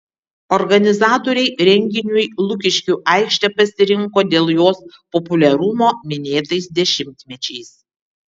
organizatoriai renginiui lukiškių aikštę pasirinko dėl jos populiarumo minėtais dešimtmečiais